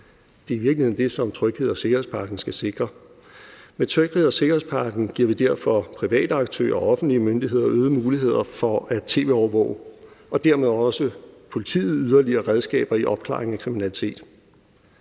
Det er i virkeligheden det, som trygheds- og sikkerhedspakken skal sikre. Med trygheds- og sikkerhedspakken giver vi derfor private aktører og offentlige myndigheder øgede muligheder for at tv-overvåge og dermed også politiet yderligere redskaber til opklaring af kriminalitet.